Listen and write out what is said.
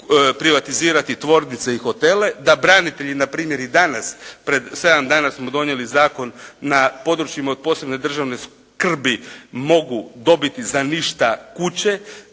privatizirati tvornice i hotele. Da branitelji na primjer i danas, pred 7 dana smo donijeli Zakon na područjima od posebne državne skrbi mogu dobiti za ništa kuće,